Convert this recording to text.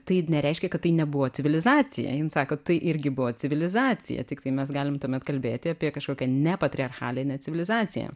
tai nereiškia kad tai nebuvo civilizacija jin sako tai irgi buvo civilizacija tiktai mes galim tuomet kalbėti apie kažkokią nepatriarchalinę civilizaciją